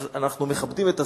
אז אנחנו מכבדים את הזריז,